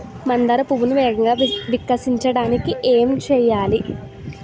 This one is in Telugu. మందార పువ్వును వేగంగా వికసించడానికి ఏం చేయాలి?